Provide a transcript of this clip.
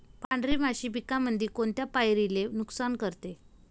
पांढरी माशी पिकामंदी कोनत्या पायरीले नुकसान करते?